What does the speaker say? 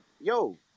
yo